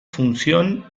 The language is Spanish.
función